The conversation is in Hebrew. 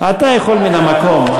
אתה יכול מן המקום.